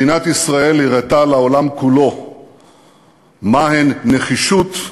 מדינת ישראל הראתה לעולם כולו מה הן נחישות,